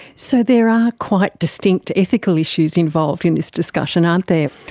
so there are quite distinct ethical issues involved in this discussion, aren't there.